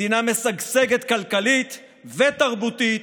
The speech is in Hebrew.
מדינה משגשגת כלכלית ותרבותית,